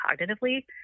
cognitively